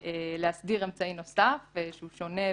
להסדיר אמצעי נוסף שהוא שונה וייחודי,